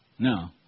No